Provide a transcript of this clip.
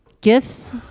Gifts